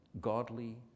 godly